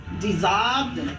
dissolved